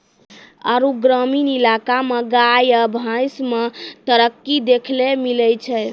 आरु ग्रामीण इलाका मे गाय या भैंस मे तरक्की देखैलै मिलै छै